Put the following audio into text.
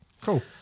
Cool